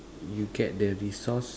you get the resource